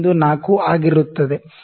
4 ಆಗಿರುತ್ತದೆ